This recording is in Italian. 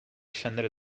scendere